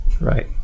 Right